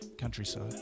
countryside